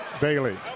Bailey